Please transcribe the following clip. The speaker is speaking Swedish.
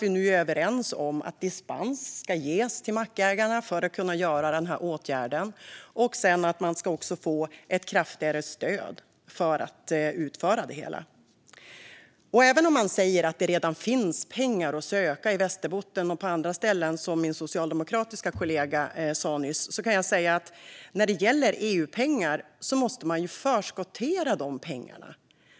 Vi är nu överens om att dispens ska ges till mackägarna för att de ska kunna vidta den här åtgärden och att man sedan också ska få ett kraftigare stöd för att utföra det hela. Även om det redan finns pengar att söka i Västerbotten och på andra ställen, som min socialdemokratiska kollega sa nyss, måste man ju förskottera dem när det gäller EU-pengar.